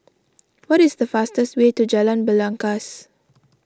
what is the fastest way to Jalan Belangkas